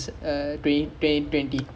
oh sharka really damn sad